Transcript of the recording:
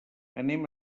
anem